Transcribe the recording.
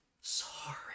sorry